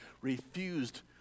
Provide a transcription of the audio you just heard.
refused